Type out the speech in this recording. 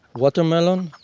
watermelon,